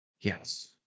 yes